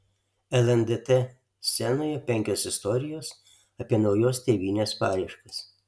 lndt scenoje penkios istorijos apie naujos tėvynės paieškas